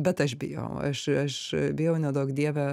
bet aš bijau aš aš bijau neduok dieve